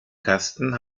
kasten